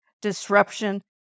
disruption